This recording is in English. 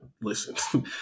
listen